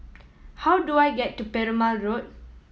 how do I get to Perumal Road